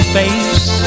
face